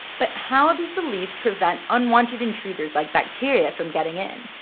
but how does the leaf prevent unwanted intruders, like bacteria from getting in.